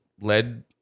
led